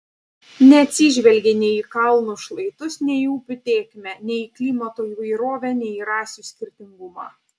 neatsižvelgė nei į kalnų šlaitus nei į upių tėkmę nei į klimato įvairovę nei į rasių skirtingumą